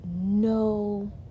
no